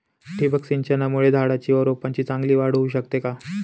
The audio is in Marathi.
ठिबक सिंचनामुळे झाडाची व रोपांची चांगली वाढ होऊ शकते का?